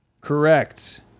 correct